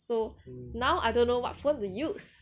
so now I don't know what phone to use